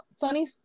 funny